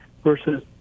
versus